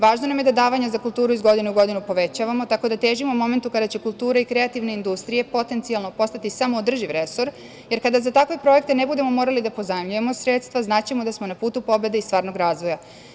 Važno nam je da davanja za kulturu iz godine u godinu povećavamo, tako da težimo momentu kada će kultura i kreativne industrije potencijalno postati samoodrživ resor, jer kada za takve projekte ne budemo morali da pozajmljujemo sredstva, znaćemo da smo na putu pobede i stvarnog razvoja.